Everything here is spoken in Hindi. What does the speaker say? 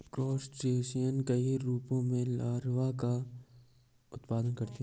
क्रस्टेशियन कई रूपों में लार्वा का उत्पादन करते हैं